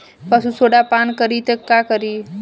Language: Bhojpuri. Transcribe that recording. पशु सोडा पान करी त का करी?